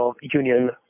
Union